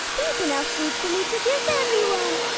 there is enough fruit for me to gift everyone.